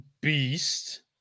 Beast